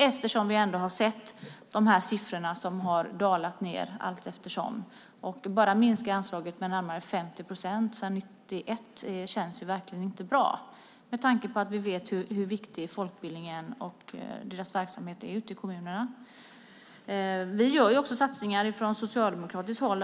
Vi har ändå sett siffrorna som har dalat ned allteftersom. Bara att minska anslaget med närmare 50 procent sedan 1991 känns inte bra med tanke på hur viktig folkbildningen och dess verksamhet är ute i kommunerna. Vi gör också satsningar från socialdemokratiskt håll.